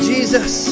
Jesus